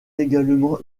généralement